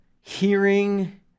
hearing